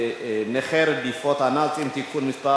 הצעת חוק נכי רדיפות הנאצים (תיקון מס'